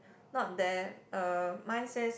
not there uh mine says